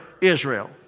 Israel